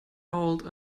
old